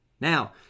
Now